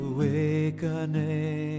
Awakening